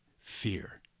fear